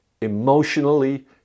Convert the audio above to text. emotionally